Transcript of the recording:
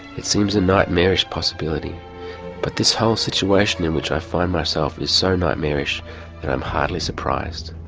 it seems a nightmarish possibility but this whole situation in which i find myself is so nightmarish that i'm hardly surprised.